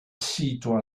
sito